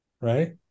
right